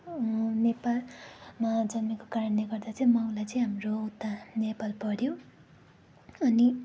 नेपालमा जन्मेको कारणले गर्दा चाहिँ मावल चाहिँ हाम्रो उता नेपाल पर्यो अनि